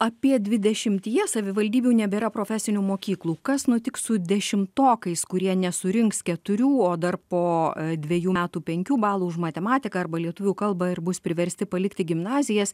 apie dvidešimtyje savivaldybių nebėra profesinių mokyklų kas nutiks su dešimtokais kurie nesurinks keturių o dar po dviejų metų penkių balų už matematiką arba lietuvių kalba ir bus priversti palikti gimnazijas